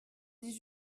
dit